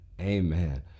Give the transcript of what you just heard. amen